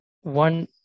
one